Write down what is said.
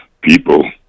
people